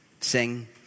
sing